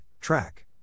track